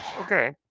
Okay